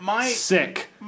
Sick